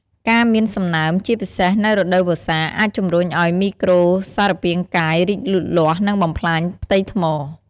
ការមានសំណើម ជាពិសេសនៅរដូវវស្សា អាចជំរុញឱ្យមីក្រូសារពាង្គកាយរីកលូតលាស់ និងបំផ្លាញផ្ទៃថ្ម។